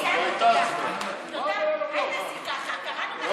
להלן תוצאות ההצבעה על הצעת חוק שירות ביטחון (תיקון,